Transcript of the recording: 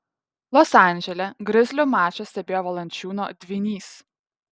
los andžele grizlių mačą stebėjo valančiūno dvynys